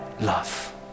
love